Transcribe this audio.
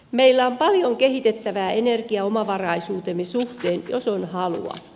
meillä on paljon kehitettävää energiaomavaraisuutemme suhteen jos on halua